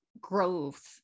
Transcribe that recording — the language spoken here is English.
growth